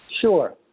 Sure